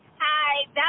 Hi